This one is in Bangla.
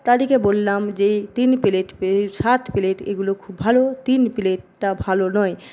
তাদেরকে বললাম যে তিন প্লেট এই সাত প্লেট এইগুলো খুব ভালো তিন প্লেটটা ভালো না